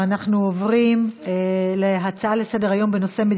אנחנו עוברים להצעות לסדר-היום מס' 11506,